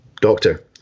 doctor